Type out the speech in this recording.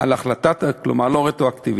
כלומר לא רטרואקטיבית.